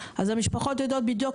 אז המשפחות יודעות בדיוק,